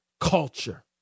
Culture